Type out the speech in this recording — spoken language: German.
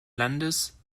landes